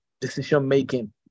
decision-making